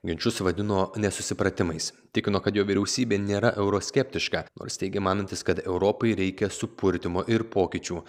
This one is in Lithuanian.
ginčus vadino nesusipratimais tikino kad jo vyriausybė nėra euroskeptiška nors teigė manantis kad europai reikia supurtymo ir pokyčių